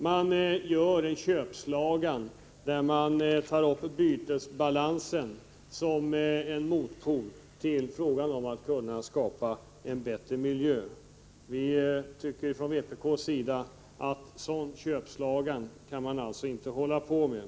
Man gör en köpslagan och tar upp bytesbalansen som en motpol till frågan om att skapa en bättre miljö. Från vpk:s sida tycker vi att man inte skall köpslå på det sättet.